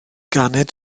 ganed